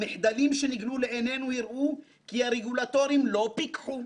המחדלים שנגלו לעינינו הראו כי הרגולטורים לא פיקחו,